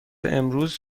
امروز